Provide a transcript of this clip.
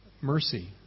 mercy